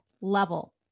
level